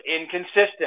inconsistent